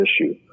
issue